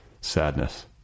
sadness